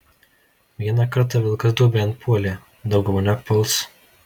vieną kartą vilkas duobėn puolė daugiau nepuls